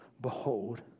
behold